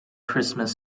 christmas